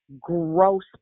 gross